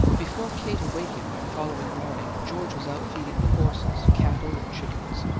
before kate awakened the following morning george was out feeding the horses, cattle, and chickens,